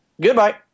Goodbye